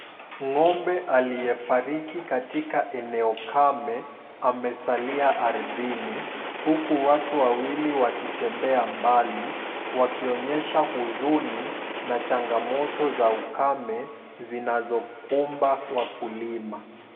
Ng'ombe aliyefariki katika eneo kame, amesalia ardhini, huku watu wawili wakitembea mbali, wakionyesha huzuni na changamoto za ukame, zinazokumba wakulima.